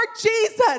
Jesus